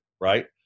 right